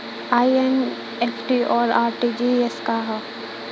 ई एन.ई.एफ.टी और आर.टी.जी.एस का ह?